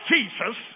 Jesus